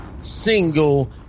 single